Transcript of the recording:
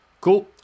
Cool